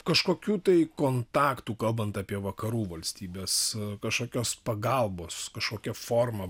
kažkokių tai kontaktų kalbant apie vakarų valstybes kažkokios pagalbos kažkokia forma